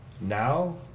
Now